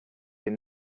been